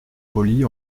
polis